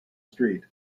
street